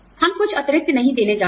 हम कुछ अतिरिक्त नहीं देने जा रहे हैं